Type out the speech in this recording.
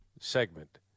segment